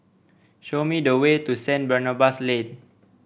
show me the way to Saint Barnabas Lane